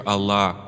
Allah